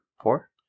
four